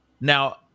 now